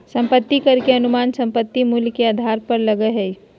संपत्ति कर के अनुमान संपत्ति मूल्य के आधार पर लगय हइ